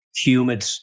humid